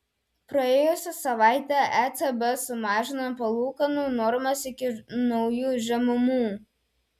praėjusią savaitę ecb sumažino palūkanų normas iki naujų žemumų